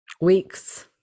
Weeks